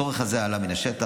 הצורך הזה עלה מן השטח.